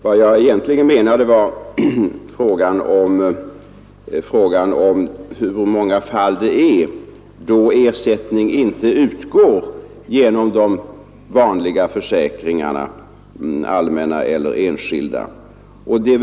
Jag menade egentligen att ta upp frågan om i hur många fall ersättning inte utgår genom allmänna eller enskilda försäkringar.